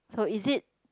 so is it